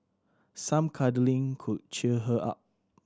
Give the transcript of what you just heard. some cuddling could cheer her up